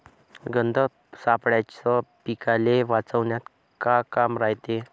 गंध सापळ्याचं पीकाले वाचवन्यात का काम रायते?